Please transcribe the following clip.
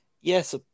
Yes